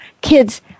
kids